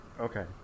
Okay